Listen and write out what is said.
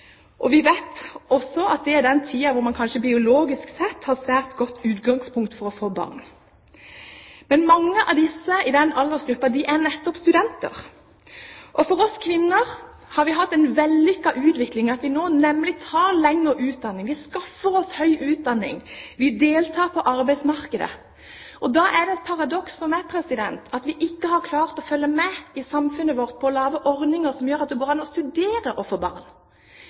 og vi vet også at det er den tiden da man biologisk sett har et svært godt utgangspunkt for å få barn. Men mange i den aldersgruppen er nettopp studenter. Vi kvinner har hatt en vellykket utvikling med at vi nå tar lengre utdanning, vi skaffer oss høy utdanning, vi deltar på arbeidsmarkedet. Da er det et paradoks for meg at vi ikke har klart å følge med i samfunnet når det gjelder å lage ordninger som gjør at det går an å studere og få barn.